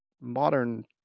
modern